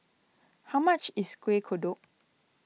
how much is Kueh Kodok